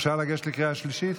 אפשר לגשת לקריאה שלישית?